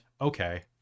okay